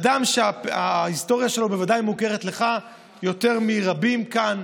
אדם שההיסטוריה שלו בוודאי מוכרת לך יותר מלרבים כאן,